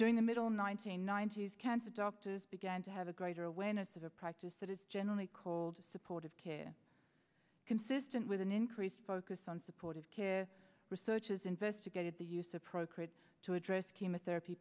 during the middle nineteen nineties cancer doctors began to have a greater awareness of a practice that is generally called supportive care consistent with an increased focus on supportive care researches investigated the use of procrit to address chemotherapy